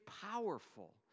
powerful